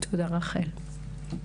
תודה, רחל.